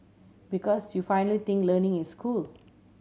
because you finally think learning is cool